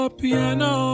piano